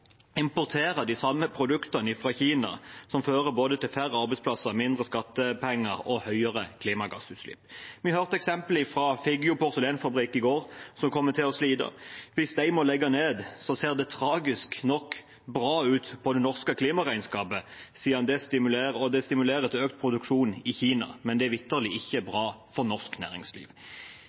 importere de samme produktene fra Kina, noe som fører både til færre arbeidsplasser, mindre skattepenger og høyere klimagassutslipp. Vi hørte i går eksempelet fra Figgjo porselensfabrikk, som kommer til å slite. Hvis de må legge ned, ser det tragisk nok bra ut på det norske klimaregnskapet. Det stimulerer til økt produksjon i Kina, men det er vitterlig ikke bra for norsk næringsliv.